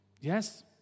yes